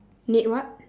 need what